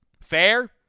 Fair